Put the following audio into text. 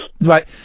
Right